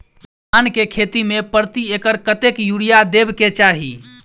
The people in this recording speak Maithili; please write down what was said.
धान केँ खेती मे प्रति एकड़ कतेक यूरिया देब केँ चाहि?